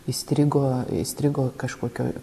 įstrigo įstrigo kažkokioj